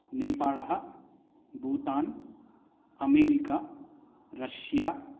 नेपाळः Bhutan America Russia